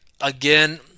again